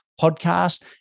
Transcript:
podcast